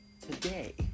today